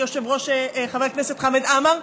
חבר הכנסת חמד עמאר?